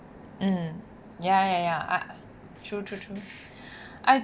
mm ya ya ya ah true true true I